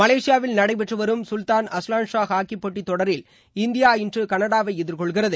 மலேசியாவில் நடைபெற்று வரும் சுல்தான் அஸ்லான்ஷா ஹாக்கி போட்டி தொடரில் இந்தியா இன்று கனடாவை எதிர்கொள்கிறது